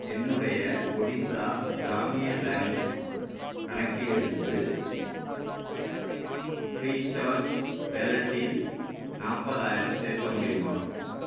என்னுடைய ஒடிஷா கிராமிய பேங்க் கணக்கிலிருந்து ஃப்ரீசார்ஜ் வாலெட்டில் நாற்பதாயிரம் சேர்க்க முடியுமா